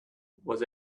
was